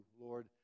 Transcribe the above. Lord